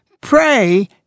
pray